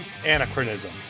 anachronism